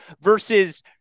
versus